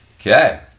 Okay